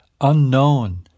unknown